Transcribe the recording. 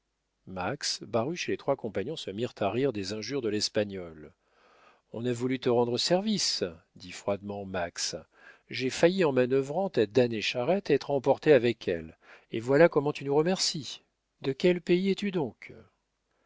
et leurs trois compagnons se mirent à rire des injures de l'espagnol on a voulu te rendre service dit froidement max j'ai failli en manœuvrant ta damnée charrette être emporté avec elle et voilà comment tu nous remercies de quel pays es-tu donc